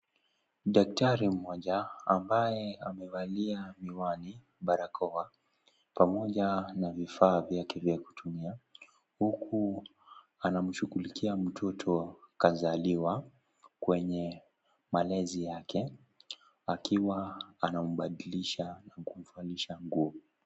Daktari mmoja ambaye amevalia miwani, barakoa pamoja na vifaa vya kutumia huku akishughulikia mtoto kazaliwa kwenye malazi yake akiwa anamvalisha na kumbadilisha nguo